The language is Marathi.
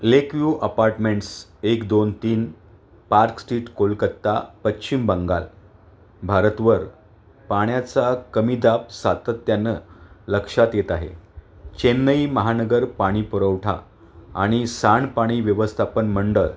लेकव्यू अपार्टमेंट्स्स् एक दोन तीन पार्क स्टीट कोलकाता पश्चिम बंगाल भारतवर पाण्याचा कमी दाब सातत्यानं लक्षात येत आहे चेन्नई महानगर पाणीपुरवठा आणि सांडपाणी व्यवस्थापन मंडळ